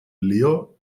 lió